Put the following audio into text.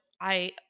I-